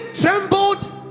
trembled